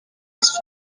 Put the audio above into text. his